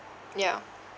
ya